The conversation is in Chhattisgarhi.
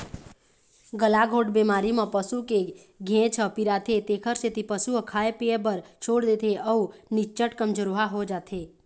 गलाघोंट बेमारी म पसू के घेंच ह पिराथे तेखर सेती पशु ह खाए पिए बर छोड़ देथे अउ निच्चट कमजोरहा हो जाथे